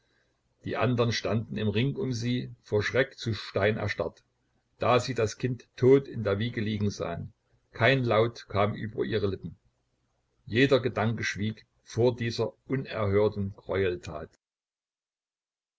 die andern standen im ring um sie vor schreck zu stein erstarrt da sie das kind tot in der wiege liegen sahen kein laut kam über ihre lippen jeder gedanke schwieg vor dieser unerhörten greueltat